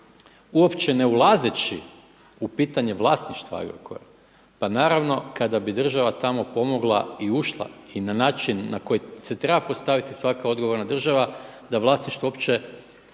uopće ne ulazeći u pitanje vlasništva Agrokora. Pa naravno kada bi država tamo pomogla i ušla i na način na koji se treba postaviti svaka odgovorna država da vlasništvo uopće